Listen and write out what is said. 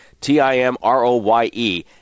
T-I-M-R-O-Y-E